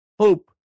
hope